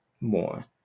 more